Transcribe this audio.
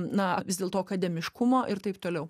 na vis dėlto akademiškumo ir taip toliau